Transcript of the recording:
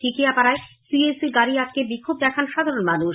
টিকিয়াপাড়ায় CESC র গাড়ি আটকে বিক্ষোভ দেখান সাধারণ মানুষ